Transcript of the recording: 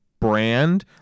brand